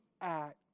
act